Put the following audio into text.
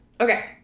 okay